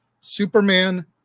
Superman